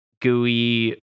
gooey